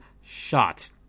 shot